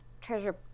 Treasure